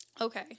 Okay